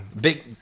Big